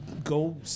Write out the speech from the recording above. Go